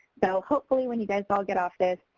but hopefully when you guys all get off this,